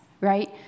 right